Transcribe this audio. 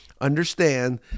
Understand